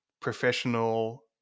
professional